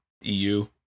EU